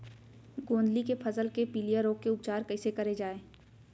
गोंदली के फसल के पिलिया रोग के उपचार कइसे करे जाये?